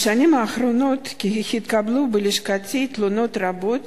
בשנים האחרונות התקבלו בלשכתי תלונות רבות